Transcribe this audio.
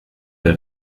der